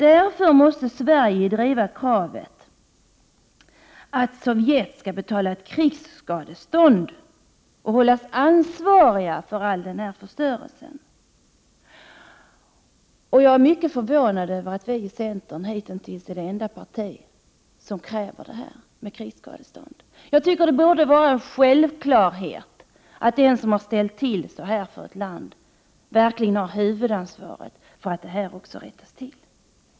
Därför måste Sverige driva kravet att Sovjet skall betala ett krigsskadestånd och hållas ansvarigt för all förstörelse. Jag är mycket förvånad över att vi i centern hitintills är det enda parti som kräver krigsskadestånd. Det borde vara en självklarhet att den som har ställt till det så här för ett land har huvudansvaret för att det rättas till.